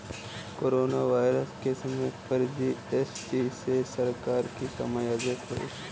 corona virus के समय पर जी.एस.टी से सरकार की कमाई अधिक हुई